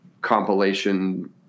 compilation